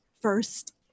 first